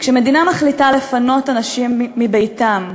כשמדינה מחליטה לפנות אנשים מביתם,